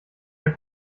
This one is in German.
der